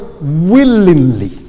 willingly